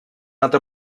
altra